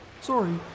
sorry